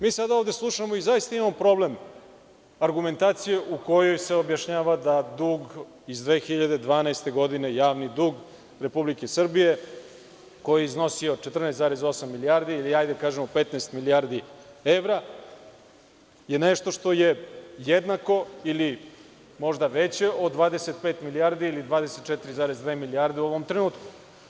Mi sada ovde slušamo, i zaista imamo problem, argumentacije u kojoj se objašnjava da dug iz 2012. godine, javni dug Republike Srbije, koji je iznosio 14,8 milijardi ili, hajde da kažemo, 15 milijardi evra je nešto što je jednako ili možda veće od 25 milijardi ili 24,2 milijarde u ovom trenutku.